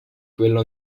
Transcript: quello